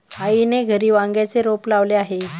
आईने घरी वांग्याचे रोप लावले आहे